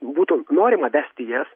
būtų norima vesti jas